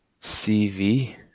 CV